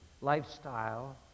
lifestyle